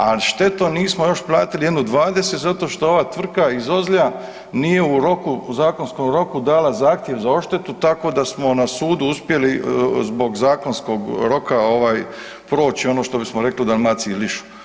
Ali štetu nismo još platili jednu 20 zato što ova tvrtka iz Ozlja nije u zakonskom roku dala zahtjev za odštetu, tako da smo na sudu uspjeli zbog zakonskog roka proći ono što bi se reklo u Dalmaciji lišu.